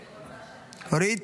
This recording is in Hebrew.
אורית?